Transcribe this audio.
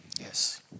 Yes